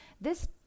This